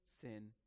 sin